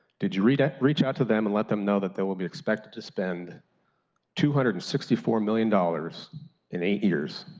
did you reach out to them and let them know that they will be expected to spend two hundred and sixty four million dollars in eight years,